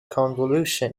convolution